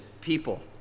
people